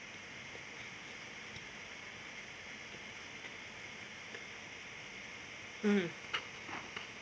mm